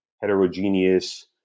heterogeneous